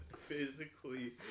Physically